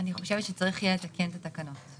אני חושבת שצריך יהיה לתקן את התקנות.